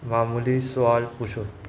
मामूली सुवाल पुछो